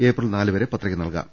April നാല് വരെ പത്രിക നൽകാം